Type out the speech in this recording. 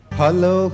Hello